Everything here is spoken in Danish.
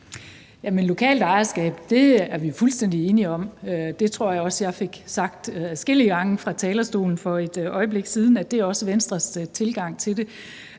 Lokalt ejerskab er vi jo fuldstændig enige om. Jeg tror også, jeg fik sagt adskillige gange fra talerstolen for et øjeblik siden, at det også er Venstres tilgang til det.